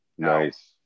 nice